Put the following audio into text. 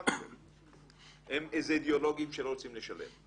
הם איזה אידיאולוגיים שלא רוצים לשלם.